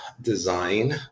design